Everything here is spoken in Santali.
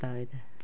ᱦᱟᱛᱣᱮᱫᱟ